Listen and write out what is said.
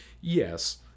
yes